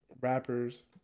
rappers